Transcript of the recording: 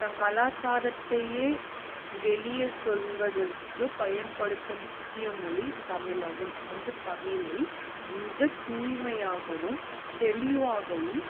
தங் கலாச்சாரத்தையே வெளியே சொல்வதற்கு பயன்படுத்தும் முக்கிய மொழி தமிழாகும் அந்த தமிழை மிக தூய்மையாகவும் தெளிவாகவும்